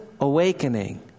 awakening